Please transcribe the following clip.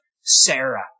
Sarah